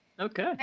Okay